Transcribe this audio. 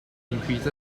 increases